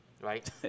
right